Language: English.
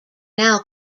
now